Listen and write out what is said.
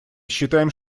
считаем